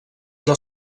del